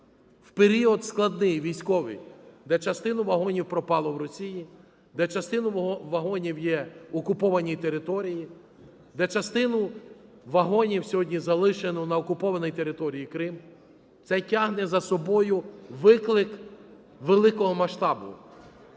в період складний, військовий, де частина вагонів пропала в Росії, де частина вагонів є на окупованій території, де частину вагонів сьогодні залишено на окупованій території Крим, це тягне за собою виклик великого масштабу.